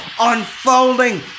unfolding